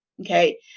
okay